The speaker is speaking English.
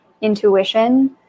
intuition